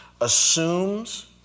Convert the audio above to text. assumes